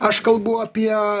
aš kalbu apie